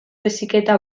heziketa